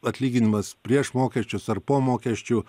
atlyginimas prieš mokesčius ar po mokesčių